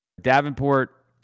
Davenport